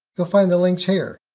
you'll find the links here.